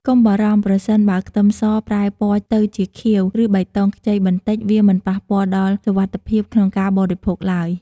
កុំបារម្ភប្រសិនបើខ្ទឹមសប្រែពណ៌ទៅជាខៀវ ឬបៃតងខ្ចីបន្តិច វាមិនប៉ះពាល់ដល់សុវត្ថិភាពក្នុងការបរិភោគឡើយ។